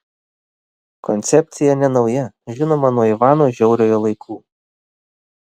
koncepcija nenauja žinoma nuo ivano žiauriojo laikų